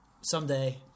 someday